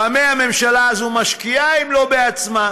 במה הממשלה הזאת משקיעה אם לא בעצמה?